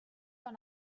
dans